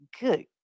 Good